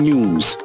News